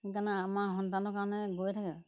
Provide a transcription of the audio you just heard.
সেইকাৰণে আমাৰ সন্তানৰ কাৰণে গৈ থাকে